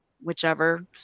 whichever